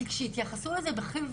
כי כשיתייחסו לזה בחיל ורעדה,